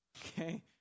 Okay